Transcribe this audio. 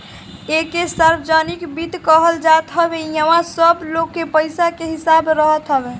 एके सार्वजनिक वित्त कहल जात हवे इहवा सब लोग के पईसा के हिसाब रहत हवे